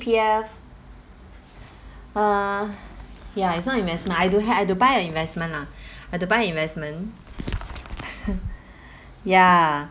C_P_F uh ya it's not investment I don't have I have to buy an investment lah have to buy investment ya